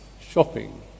shopping